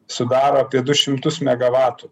sudaro apie du šimtus megavatų